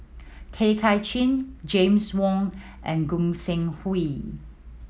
Tay Kay Chin James Wong and Gog Sing Hooi